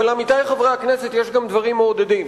אבל, עמיתי חברי הכנסת, יש גם דברים מעודדים.